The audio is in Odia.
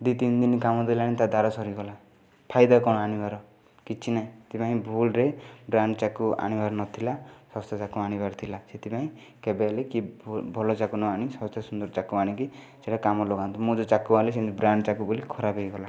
ଦୁଇ ତିନି ଦିନ କାମ ଦେଲାନି ତା' ଧାର ସରିଗଲା ଫାଇଦା କ'ଣ ଆଣିବାର କିଛି ନାହିଁ ସେଥିପାଇଁ ଭୁଲରେ ବ୍ରାଣ୍ଡ୍ ଚାକୁ ଆଣିବାର ନଥିଲା ଶସ୍ତା ଚାକୁ ଆଣିବାର ଥିଲା ସେଥିପାଇଁ କେବେହେଲେ ବି ଭଲ ଚାକୁ ନ ଆଣି ଶସ୍ତା ସୁନ୍ଦର ଚାକୁ ଆଣିକି ସେଇଟା କାମରେ ଲଗାନ୍ତୁ ମୁଁ ଯେଉଁ ଚାକୁ ଆଣିଲି ସେ ବ୍ରାଣ୍ଡ୍ ଚାକୁ ବୋଲି ଖରାପ ହେଇଗଲା